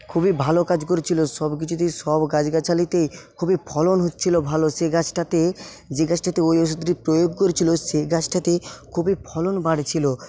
খুবই ভালো কাজ করছিল সবকিছুতেই সব গাছগাছালিতেই খুবই ফলন হচ্ছিল ভালো সেই গাছটাতে যে গাছটাতে ওই ওষুধটি প্রয়োগ করছিল সেই গাছটাতে খুবই ফলন বাড়ছিল